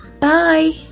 Bye